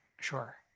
Sure